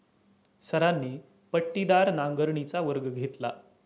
सरांनी पट्टीदार नांगरणीचा वर्ग घेतला